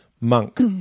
monk